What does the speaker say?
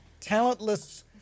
talentless